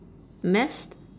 mast